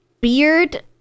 beard